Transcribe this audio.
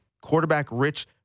quarterback-rich